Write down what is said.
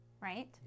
right